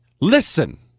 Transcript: Listen